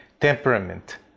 temperament